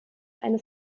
eine